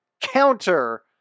counter